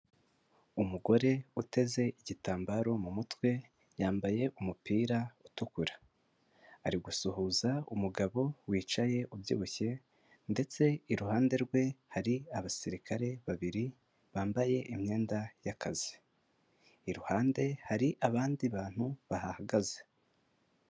Umugore uteze igitambaro mu mutwe, yambaye umupira utukura. Arigusuhuza umugabo wicaye ubyibushye, ndetse iruhande rwe hari abasirikare babiri bambaye imyenda y'akazi. Iruhande hari abandi bantu bahahagaze.